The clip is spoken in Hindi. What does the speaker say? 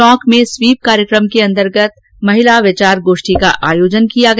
टोंक में स्वीप कार्यक्रम के अंतर्गत महिला विचार गोष्ठी का आयोजन किया गया